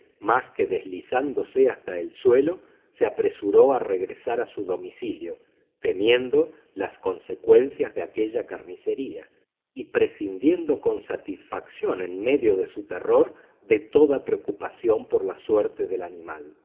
más que deslizándose hasta el suelo se apresuró a regresar a su domicilio temiendo las consecuencias de aquella carnicería y prescindiendo con satisfacción en medio de su terror de toda preocupación por la suerte del animal